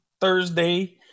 Thursday